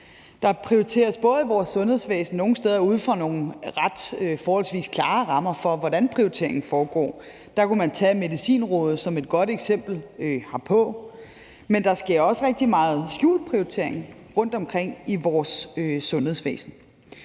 Der prioriteres i vores sundhedsvæsen ud fra nogle forholdsvis klare rammer for, hvordan prioriteringen skal foregå. Der kunne man tage Medicinrådet som et godt eksempel herpå. Men der sker også rigtig meget skjult prioritering rundtomkring i vores sundhedsvæsen.